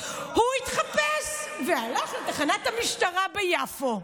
הוא התחפש והלך לתחנת המשטרה ביפו.